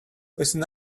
listen